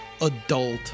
adult